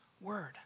word